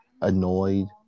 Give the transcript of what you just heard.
annoyed